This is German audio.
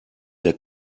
der